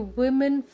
women